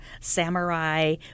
samurai